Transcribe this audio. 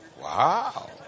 Wow